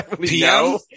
PM